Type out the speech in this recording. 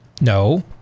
no